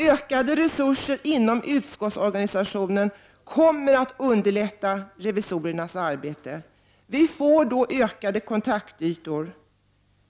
Ökade resurser inom utskottsorganisationen kommer att underlätta revisorernas arbete. Vi får då ökade kontaktytor.